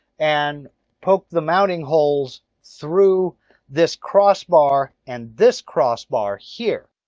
and poke the mounting holes through this crossbar, and this crossbar here.